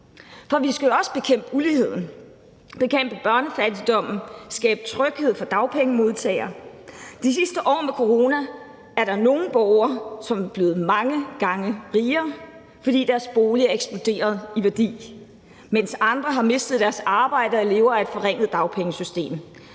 For vi skal jo også bekæmpe uligheden, bekæmpe børnefattigdommen og skabe tryghed for dagpengemodtagere. De sidste år med corona er der nogle borgere, som er blevet mange gange rigere, fordi deres bolig er eksploderet i værdi, mens andre har mistet deres arbejde og lever af et forringet dagpengesystem.